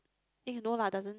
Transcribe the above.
eh no lah doesn't